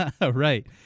Right